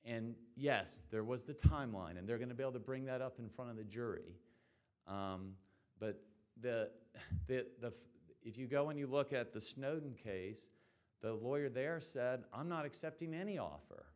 and yes there was the timeline and they're going to be able to bring that up in front of the jury but the the if you go and you look at the snowden case the lawyer there said i'm not accepting any offer